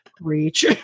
reach